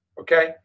Okay